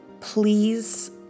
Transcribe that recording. please